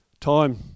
time